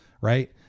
right